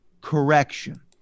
correction